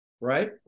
right